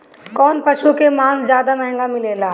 कौन पशु के मांस ज्यादा महंगा मिलेला?